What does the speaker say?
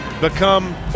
become